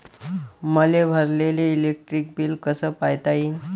मले भरलेल electric bill कस पायता येईन?